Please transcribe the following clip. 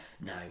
no